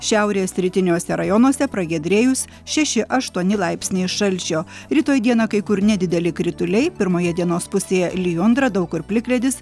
šiaurės rytiniuose rajonuose pragiedrėjus šeši aštuoni laipsniai šalčio rytoj dieną kai kur nedideli krituliai pirmoje dienos pusėje lijundra daug kur plikledis